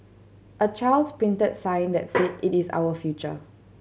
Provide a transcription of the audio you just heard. a child's printed sign that said it is our future